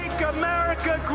america